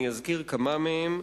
אני אזכיר כמה מהם: